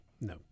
No